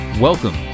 Welcome